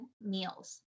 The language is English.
meals